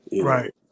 Right